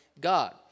god